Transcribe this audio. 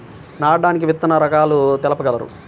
నాటడానికి విత్తన రకాలు తెలుపగలరు?